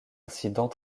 incident